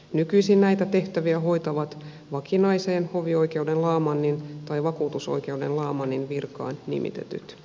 nykyisin näitä tehtäviä hoitavat vakinaiseen hovioi keudenlaamannin tai vakuutusoikeuden laamannin virkaan nimitetyt